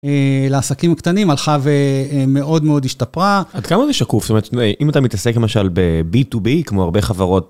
לעסקים קטנים הלכה ומאוד מאוד השתפרה. עד כמה זה שקוף? זאת אומרת, אם אתה מתעסק למשל ב-b2b כמו הרבה חברות.